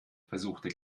versuchte